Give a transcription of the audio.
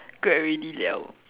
grad already liao